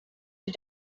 sie